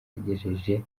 agejeje